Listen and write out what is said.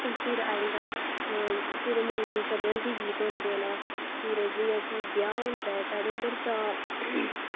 फिर आई जंदा फिर मूनन सरबंधी गीत होंदे न फिर जियां कि ब्याह् होंदा ऐ साढ़े इध्दर तां